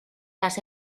las